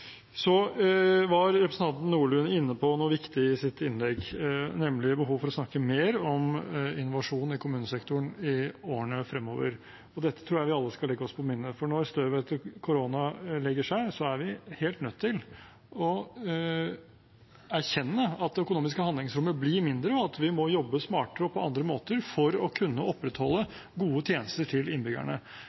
Så var representanten Nordlund inne på noe viktig i sitt innlegg, nemlig behovet for å snakke mer om innovasjon i kommunesektoren i årene fremover. Dette tror jeg vi alle skal legge oss på minne. For når støvet etter korona legger seg, er vi helt nødt til å erkjenne at det økonomiske handlingsrommet blir mindre, og at vi må jobbe smartere og på andre måter for å kunne opprettholde gode tjenester til innbyggerne.